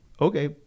okay